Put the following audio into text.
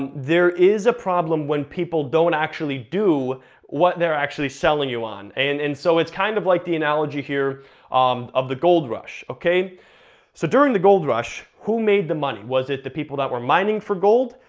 and there is a problem when people don't actually do what they're actually selling you on. and and so it's kind of like the analogy here um of the gold rush. so during the gold rush, who made the money? was it the people that were mining for gold?